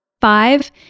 Five